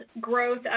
growth